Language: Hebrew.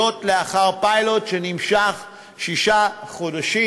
זאת לאחר פיילוט שנמשך שישה חודשים.